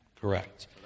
Correct